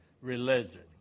religion